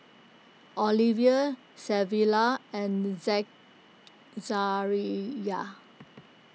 Olivia Savilla and Zachariah